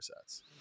sets